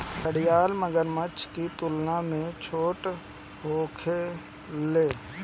घड़ियाल मगरमच्छ की तुलना में छोट होखेले